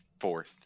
fourth